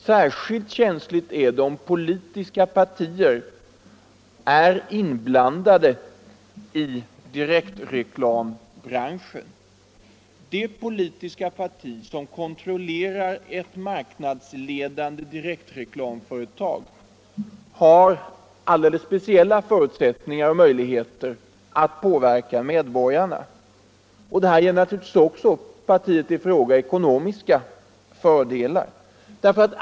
Särskilt känsligt blir det om politiska intressen är inblandade i direktreklambranschen. Det politiska parti som kontrollerar ett marknadsledande direktreklamföretag har alldeles speciella förutsättningar att påverka medborgarna. Det ger naturligtvis också partiet i fråga ekonomiska fördelar.